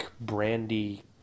brandy